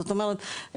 זאת אומרת,